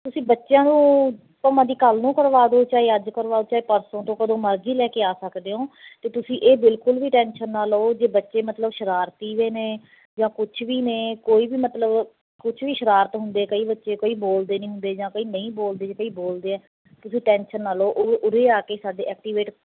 ਤੁਸੀਂ ਬੱਚਿਆਂ ਨੂੰ ਜਦੋਂ ਮਰਜ਼ੀ ਕੱਲ੍ਹ ਨੂੰ ਕਰਵਾ ਦਿਓ ਚਾਹੇ ਅੱਜ ਕਰਵਾਓ ਚਾਹੇ ਪਰਸੋਂ ਤੋਂ ਕਦੋਂ ਮਰਜ਼ੀ ਲੈ ਕੇ ਆ ਸਕਦੇ ਹੋ ਅਤੇ ਤੁਸੀਂ ਇਹ ਬਿਲਕੁਲ ਵੀ ਟੈਂਸ਼ਨ ਨਾ ਲਓ ਜੇ ਬੱਚੇ ਮਤਲਬ ਸ਼ਰਾਰਤੀ ਜਿਹੇ ਨੇ ਜਾਂ ਕੁਛ ਵੀ ਨੇ ਕੋਈ ਵੀ ਮਤਲਬ ਕੁਛ ਵੀ ਸ਼ਰਾਰਤ ਹੁੰਦੇ ਕਈ ਬੱਚੇ ਕਈ ਬੋਲਦੇ ਨਹੀਂ ਹੁੰਦੇ ਜਾਂ ਕਈ ਨਹੀਂ ਬੋਲਦੇ ਜੇ ਕਈ ਬੋਲਦੇ ਆ ਤੁਸੀਂ ਟੈਂਸ਼ਨ ਨਾ ਲਓ ਉ ਉਰੇ ਆ ਕੇ ਸਾਡੇ ਐਕਟੀਵੇਟ